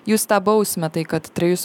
jūs tą bausmę tai kad trejus